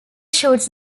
shoots